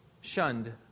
shunned